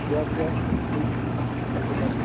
yes yes please keep it up